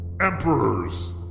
emperors